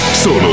Solo